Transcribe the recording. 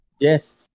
Yes